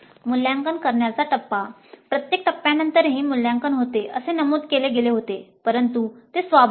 मूल्यांकन करण्याचा टप्पा प्रत्येक टप्प्यानंतरही "मूल्यांकन" होते असे नमूद केले गेले होते परंतु ते स्वभाविक आहे